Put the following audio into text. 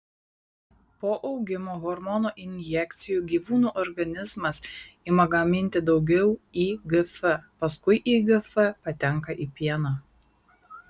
po augimo hormono injekcijų gyvūnų organizmas ima gaminti daugiau igf paskui igf patenka į pieną